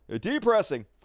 depressing